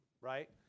right